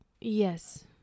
Yes